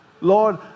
Lord